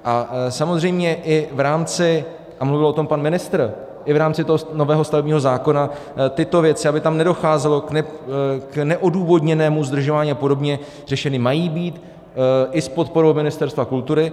A samozřejmě i v rámci, a mluvil o tom pan ministr, i v rámci toho nového stavebního zákona tyto věci, aby tam nedocházelo k neodůvodněnému zdržování apod., řešeny mají být, i s podporou Ministerstva kultury.